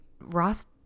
Ross –